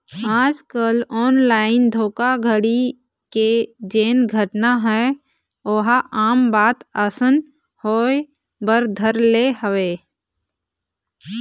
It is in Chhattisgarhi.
आजकल ऑनलाइन धोखाघड़ी के जेन घटना हे ओहा आम बात असन होय बर धर ले हवय